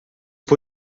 può